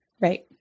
Right